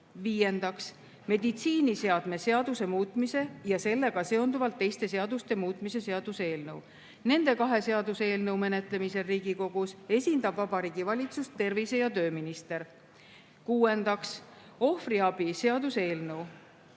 Viiendaks, meditsiiniseadme seaduse muutmise ja sellega seonduvalt teiste seaduste muutmise seaduse eelnõu. Nende kahe seaduseelnõu menetlemisel Riigikogus esindab Vabariigi Valitsust tervise- ja tööminister. Kuuendaks, ohvriabi seaduse eelnõu.